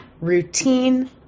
routine